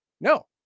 No